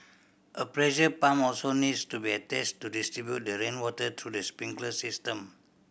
a pressure pump also needs to be attached to distribute the rainwater through the sprinkler system